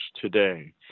today